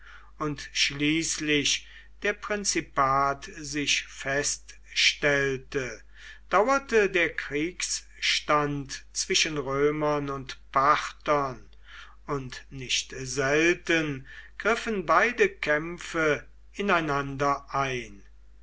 und schließlich der prinzipat sich feststellte dauerte der kriegsstand zwischen römern und parthern und nicht selten griffen beide kämpfe ineinander ein